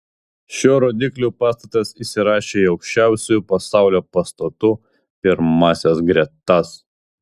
šiuo rodikliu pastatas įsirašė į aukščiausių pasaulio pastatų pirmąsias gretas